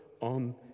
on